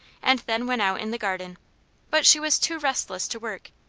and then went out in the garden but she was too restless to work.